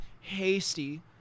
Hasty